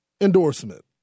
endorsement